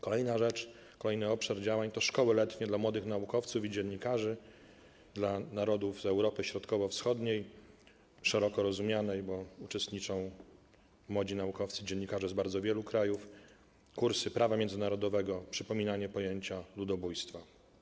Kolejna rzecz, kolejny obszar działań to szkoły letnie dla młodych naukowców i dziennikarzy z narodów Europy Środkowo-Wschodniej, szeroko rozumianej, bo uczestniczą w tym młodzi naukowcy i dziennikarze z bardzo wielu krajów, kursy prawa międzynarodowego, przypominanie pojęcia ludobójstwa.